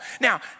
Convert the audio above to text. Now